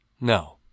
No